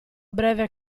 breve